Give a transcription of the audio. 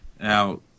Now